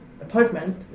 apartment